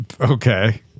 Okay